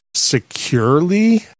securely